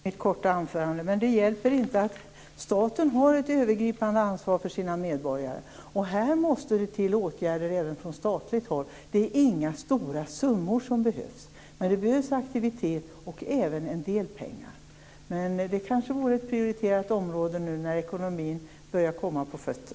Herr talman! Jo, jag vet att det är ett kommunalt ansvar och det nämnde jag också i mitt korta anförande. Det hjälper dock inte. Staten har ett övergripande ansvar för sina medborgare. Här måste det alltså till åtgärder även från statligt håll. Det är inga stora summor som behövs, men det behövs aktivitet och en del pengar. Detta vore kanske ett område att prioritera nu när ekonomin börjar komma på fötter.